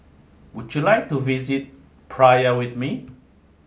would you like to visit Praia with me